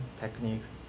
techniques